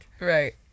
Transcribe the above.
Right